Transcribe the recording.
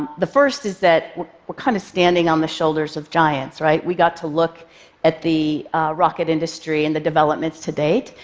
the first is that we're kind of standing on the shoulders of giants. right? we got to look at the rocket industry and the developments to date,